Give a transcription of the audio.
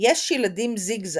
"יש ילדים זיגזג"